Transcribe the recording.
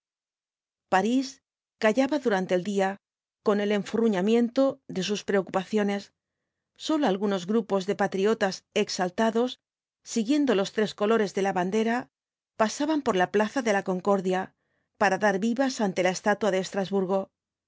parís callaba durante el día con el enf urruñamiemto de sus preocupaciones sólo algunos grupos de patriotas exaltados siguiendo los tres colores de la bandera pasaban por la plaza de la concordia para dar vivas ante la estatua de estrasburgo